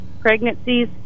pregnancies